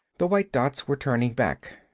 the white dots were turning back.